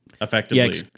effectively